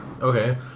Okay